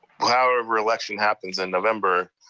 however election happens in november,